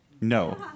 No